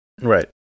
Right